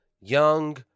Young